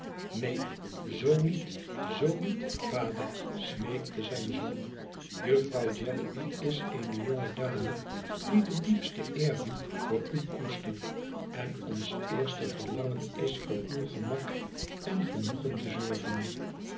neen zoo niet zoo niet vader smeekte zijn zoon jufvrouw jellyby is eene jonge dame die den diepsten eerbied voor u koestert en ons eerste verlangen is voor uw gemak en genoegen te zorgen